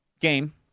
game